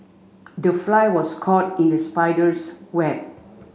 the fly was caught in the spider's web